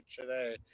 today